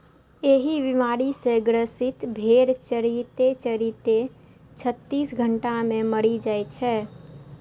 एहि बीमारी सं ग्रसित भेड़ चरिते चरिते छत्तीस घंटा मे मरि जाइ छै